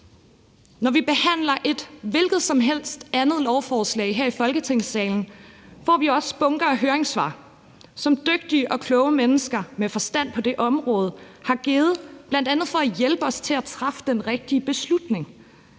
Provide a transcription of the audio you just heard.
Når vi behandler et hvilket som helst andet lovforslag her i Folketingssalen, får vi også bunker af høringssvar, som dygtige og kloge mennesker med forstand på det område har givet, bl.a. for at hjælpe os til at træffe den rigtige beslutning.